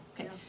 Okay